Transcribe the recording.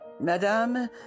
Madame